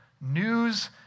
news